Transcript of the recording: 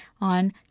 on